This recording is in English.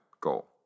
goal